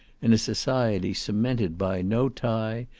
in a society cemented by no tie,